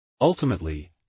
Ultimately